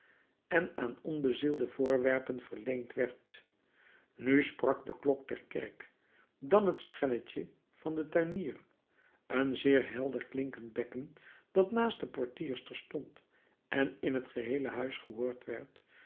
en aan onbezielde voorwerpen verleend werd nu sprak de klok der kerk dan het schelletje van den tuinier een zeer helder klinkend bekken dat naast de portierster stond en in het geheele huis gehoord werd